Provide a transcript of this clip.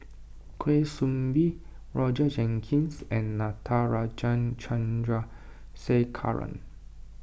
Kwa Soon Bee Roger Jenkins and Natarajan Chandrasekaran